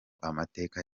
amateke